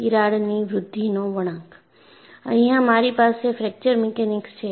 તિરાડની વૃદ્ધિનો વળાંક અહિયાં મારી પાસે ફ્રેક્ચર મિકેનિક્સ છે